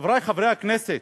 חברי חברי הכנסת,